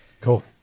Cool